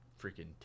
freaking